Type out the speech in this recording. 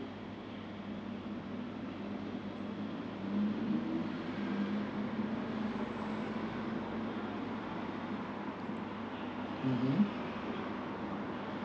mmhmm